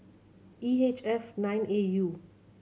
E H F nine A U